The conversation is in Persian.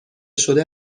شده